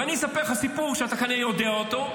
ואני אספר לך סיפור, שאתה כנראה יודע אותו,